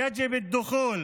צריכה להיפסק מייד.